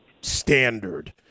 standard